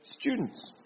students